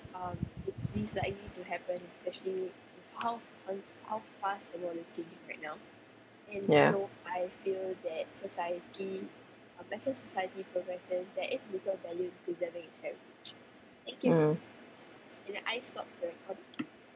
ya mm